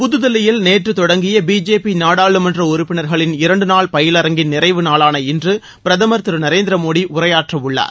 புத்தில்லியில் நேற்று தொடங்கிய பிஜேபி நாடாளுமன்ற உறுப்பினர்களின் இரண்டு நாள் பயிலரங்கின் நிறைவு நாளான இன்று பிரதமர் திரு நரேந்திர மோடி உரையாற்றவுள்ளார்